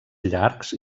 llargs